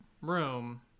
room